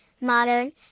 modern